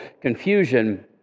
confusion